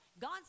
God